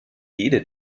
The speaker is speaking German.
jede